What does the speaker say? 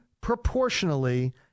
proportionally